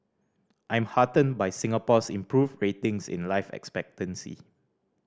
I'm heartened by Singapore's improved ratings in life expectancy